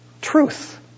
Truth